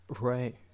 Right